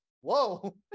whoa